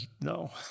No